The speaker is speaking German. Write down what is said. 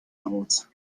aus